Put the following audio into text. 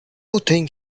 think